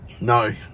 no